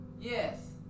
Yes